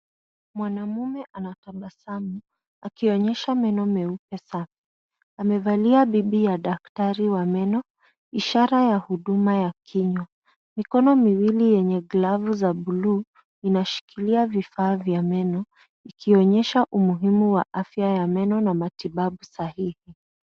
Mwanaume anatabasamu akionyesha meno meupe safi. Amevalia bibi ya daktari wa meno, ishara ya huduma ya kinywa. Mikono miwili yenye glavu za buluu inashikilia vifaa vya meno, ikionyesha umuhimu wa afya ya meno na matibabu sahihi.